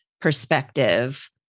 perspective